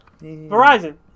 Verizon